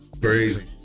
Crazy